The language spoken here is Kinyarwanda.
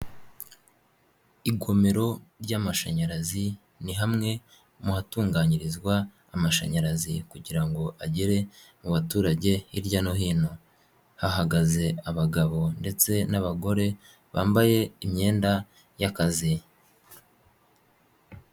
Igomero ry'amashanyarazi ni hamwe mu hatunganyirizwa amashanyarazi kugira ngo agere mu baturage hirya no hino, hahagaze abagabo ndetse n'abagore bambaye imyenda y'akazi.